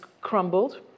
crumbled